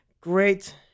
Great